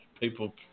People